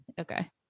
Okay